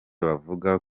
bavuga